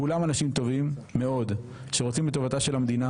כולם אנשים טובים מאוד שרוצים בטובתה של המדינה